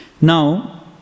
Now